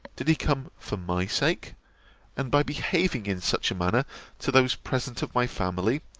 did he come for my sake and, by behaving in such a manner to those present of my family,